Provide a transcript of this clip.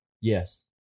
Yes